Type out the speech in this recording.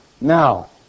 Now